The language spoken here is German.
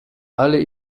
alle